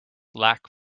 lack